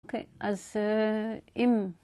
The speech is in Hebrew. אוקיי, אז אם...